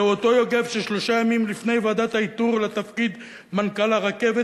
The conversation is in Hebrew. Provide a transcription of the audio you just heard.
זה אותו יוגב ששלושה ימים לפני ועדת האיתור לתפקיד מנכ"ל הרכבת,